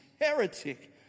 heretic